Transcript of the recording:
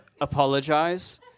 apologize